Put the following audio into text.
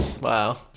Wow